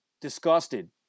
disgusted